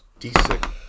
D6